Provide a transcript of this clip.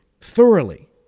thoroughly